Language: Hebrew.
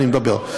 אני מדבר.